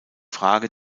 frage